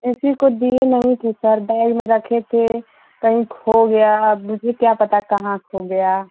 इसी को दिए नहीं थे सर बैग में रखे थे कहीं खो गया अब मुझे क्या पता कहाँ खो गया